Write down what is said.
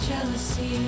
Jealousy